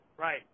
Right